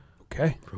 Okay